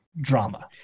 drama